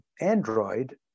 android